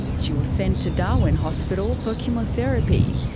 she was sent to darwin hospital for chemotherapy.